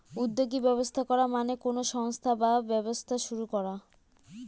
উদ্যোগী ব্যবস্থা করা মানে কোনো সংস্থা বা ব্যবসা শুরু করা